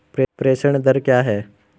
प्रेषण दर क्या है?